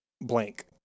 blank